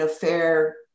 fair